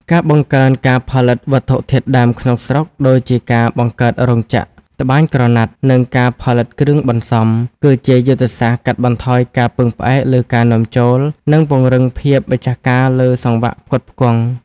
ការបង្កើនការផលិតវត្ថុធាតុដើមក្នុងស្រុក ដូចជាការបង្កើតរោងចក្រត្បាញក្រណាត់ និងការផលិតគ្រឿងបន្សំ គឺជាយុទ្ធសាស្ត្រកាត់បន្ថយការពឹងផ្អែកលើការនាំចូល និងពង្រឹងភាពម្ចាស់ការលើសង្វាក់ផ្គត់ផ្គង់។